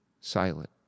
silent